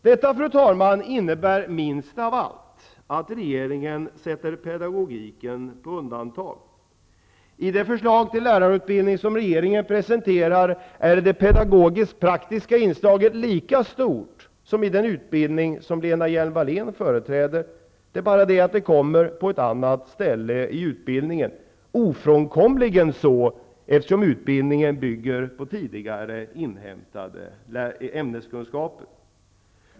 Detta, fru talman, innebär minst av allt att regeringen sätter pedagogiken på undantag. I fråga om det förslag till lärarutbildning som regeringen presenterar är det pedagogisk-praktiska inslaget lika stort som i den utbildning som Lena Hjelm Wallén företräder. Det är bara det att det kommer på ett annat ställe i utbildningen -- ofrånkomligen är det så, eftersom utbildningen bygger på tidigare inhämtade ämneskunskaper.